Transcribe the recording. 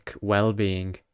well-being